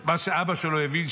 את מה שאבא שלו הבין,